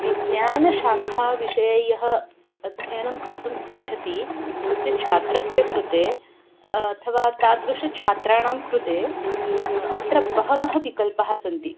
विज्ञानशाखाविषये यः अध्ययनं कर्तुम् इच्छति तस्य छात्रस्य कृते अथवा तादृशछात्राणां कृते अत्र बहवः विकल्पाः सन्ति